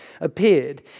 appeared